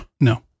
No